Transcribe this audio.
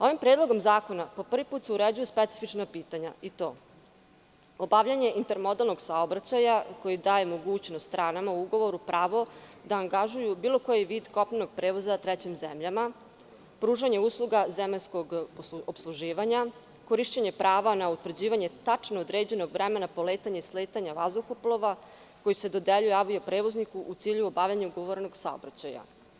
Ovim predlogom zakona po prvi put se uređuju specifična pitanja i to: obavljanje intermodalnog saobraćaja, koji daje mogućnost stranama u ugovoru prava da angažuju bilo koji vid kopnenog prevoza trećim zemljama, pružanje usluga zemaljskog opsluživanja, korišćenje prava na utvrđivanje tačno određenog vremena poletanja i sletanja vazduhoplova koji se dodeljuje avio-prevozniku u cilju obavljanja ugovorenog saobraćaja.